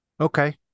Okay